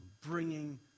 bringing